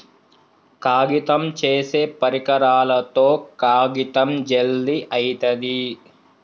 కాగితం చేసే పరికరాలతో కాగితం జల్ది అయితది